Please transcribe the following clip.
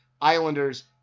Islanders